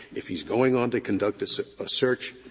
if he's going on to conduct a so search,